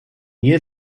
hier